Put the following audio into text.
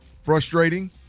frustrating